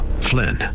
Flynn